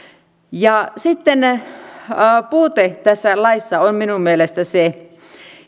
sitten puute tässä laissa on minun mielestäni se